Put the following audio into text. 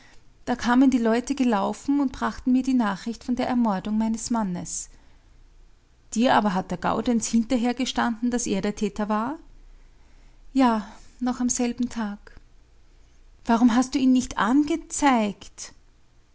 da kamen die leute gelaufen und brachten mir die nachricht von der ermordung meines mannes dir aber hat der gaudenz hinterher gestanden daß er der täter war ja noch am selben tag warum hast du ihn nicht angezeigt